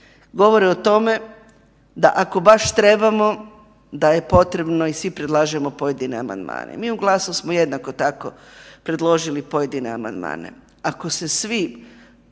govore o tome da ako baš trebamo da je potrebo i svi predlažemo pojedine amandmane, mi u GLASU smo jednako tako predložili pojedine amandmane, ako se svi